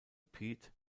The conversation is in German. pete